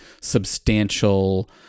substantial